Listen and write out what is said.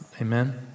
Amen